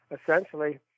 essentially